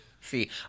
see